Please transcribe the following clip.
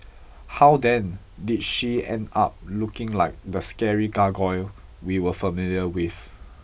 how then did she end up looking like the scary gargoyle we were familiar with